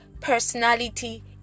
Personality